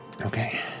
Okay